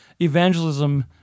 evangelism